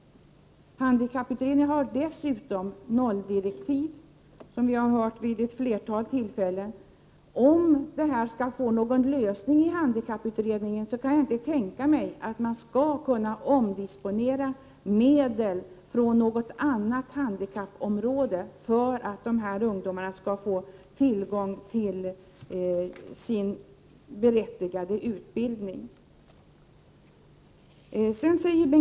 Handikapputredningen har dessutom nolldirektiv, vilket vi har hört vid ett flertal tillfällen. När det gäller att lösa frågan i handikapputredningen kan jag inte tänka mig att medel skall behöva omdisponeras från något annat handikappområde för att de här ungdomarna skall få tillgång till en utbildning som de har rätt att få.